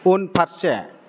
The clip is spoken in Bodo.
उनफारसे